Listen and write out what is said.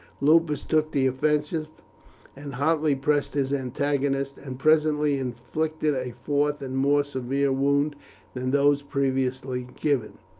lupus took the offensive and hotly pressed his antagonist, and presently inflicted a fourth and more severe wound than those previously given.